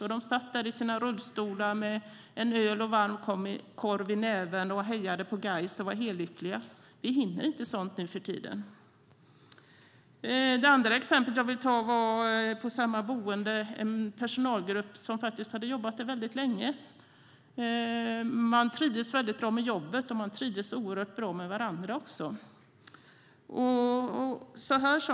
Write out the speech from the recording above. Herrarna satt i sina rullstolar med en öl och varmkorv i näven, hejade på Gais och var hellyckliga. De hinner inte sådant nu för tiden. Det andra exemplet är från samma boende. Det gällde en personalgrupp som hade jobbat där länge. De trivdes bra med jobbet och med varandra.